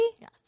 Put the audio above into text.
Yes